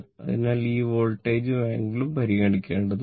അതിനാൽ ഈ വോൾട്ടേജും ആംഗിളും പരിഗണിക്കേണ്ടതുണ്ട്